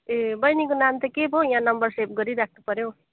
ए बैनीको नाम त के पो यहाँ नम्बर सेभ गरिराख्नु पऱ्यो